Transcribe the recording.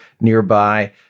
nearby